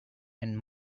and